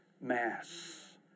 Mass